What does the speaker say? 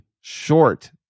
short